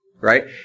Right